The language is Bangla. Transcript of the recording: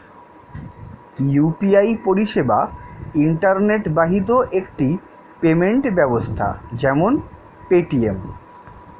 ইউ.পি.আই পরিষেবা ইন্টারনেট বাহিত একটি পেমেন্ট ব্যবস্থা যেমন পেটিএম